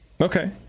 Okay